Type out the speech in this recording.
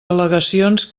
al·legacions